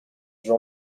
jean